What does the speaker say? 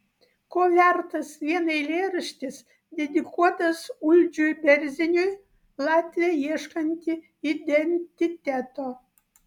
ko vertas vien eilėraštis dedikuotas uldžiui berziniui latvė ieškanti identiteto